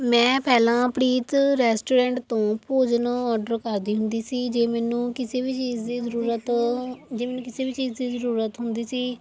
ਮੈਂ ਪਹਿਲਾਂ ਪ੍ਰੀਤ ਰੈਸਟੋਰੈਂਟ ਤੋਂ ਭੋਜਨ ਔਡਰ ਕਰਦੀ ਹੁੰਦੀ ਸੀ ਜੇ ਮੈਨੂੰ ਕਿਸੇ ਵੀ ਚੀਜ਼ ਦੀ ਜ਼ਰੂਰਤ ਜੇ ਮੈਨੂੰ ਕਿਸੇ ਵੀ ਚੀਜ਼ ਦੀ ਜ਼ਰੂਰਤ ਹੁੰਦੀ ਸੀ